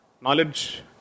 knowledge